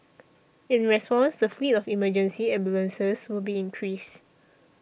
in response the fleet of emergency ambulances will be increased